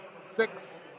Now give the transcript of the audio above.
Six